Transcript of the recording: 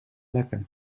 lekker